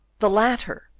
the latter,